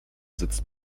sitzt